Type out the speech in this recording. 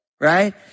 right